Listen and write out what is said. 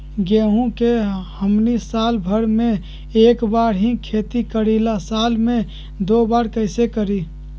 गेंहू के हमनी साल भर मे एक बार ही खेती करीला साल में दो बार कैसे करी?